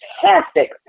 fantastic